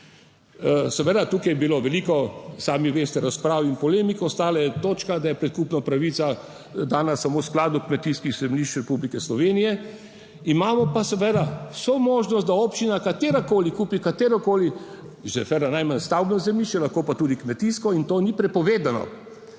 Seveda tukaj je bilo veliko, sami veste, razprav in polemik. Ostale točka, da je predkupna pravica dana samo skladu kmetijskih zemljišč Republike Slovenije, imamo pa seveda vso možnost, da občina, katerakoli kupi katerokoli, seveda najmanj stavbno zemljišče, lahko pa tudi kmetijsko in to ni prepovedano